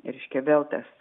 reiškia vėl tas